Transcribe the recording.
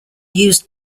used